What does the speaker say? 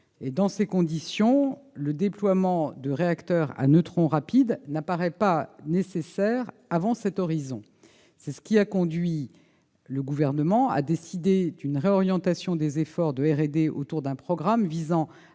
Dans ces conditions, le déploiement de réacteurs à neutrons rapides n'apparaît pas nécessaire avant cet horizon. C'est ce qui a conduit le Gouvernement à réorienter les efforts de R&D vers un programme visant à